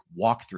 walkthrough